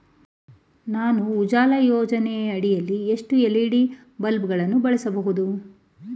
ನಾನು ಉಜಾಲ ಯೋಜನೆಯಡಿ ಎಷ್ಟು ಎಲ್.ಇ.ಡಿ ಬಲ್ಬ್ ಗಳನ್ನು ಬಳಸಬಹುದು?